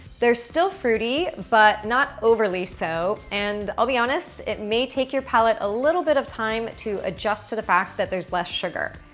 they're still fruity but not overly so and i'll be honest it may take your palate a little bit of time to adjust to the fact that there's less sugar.